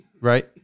Right